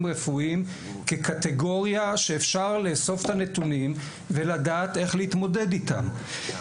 רפואיים כקטגוריה שאפשר לאסוף את הנתונים ולדעת איך להתמודד איתם.